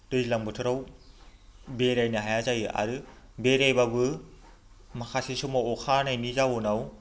दैज्लां बोथोराव बेरायनो हाया जायो आरो बेरायब्लाबो माखासे समाव अखा हानायनि जाहोनाव